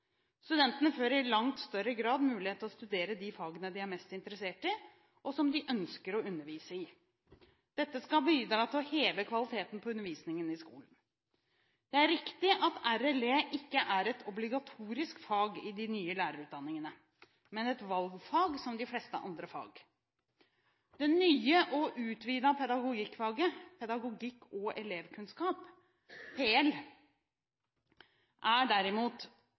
studentene. Studentene får i langt større grad mulighet til å studere de fagene de er mest interessert i, og som de ønsker å undervise i. Dette skal bidra til å heve kvaliteten på undervisningen i skolen. Det er riktig at RLE ikke er et obligatorisk fag i de nye lærerutdanningene, men et valgfag som de fleste andre fag. Det nye og utvidede pedagogikkfaget, Pedagogikk og elevkunnskap, PEL, er derimot